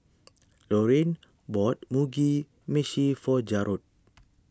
Laurine bought Mugi Meshi for Jarod